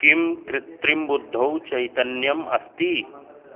किं कृत्रिमबुद्धौ चैतन्यम् अस्ति